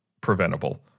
preventable